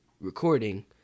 recording